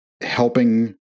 helping